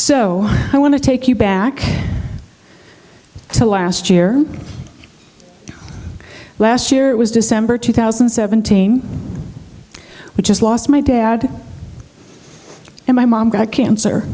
want to take you back to last year last year it was december two thousand and seventeen which is lost my dad and my mom got cancer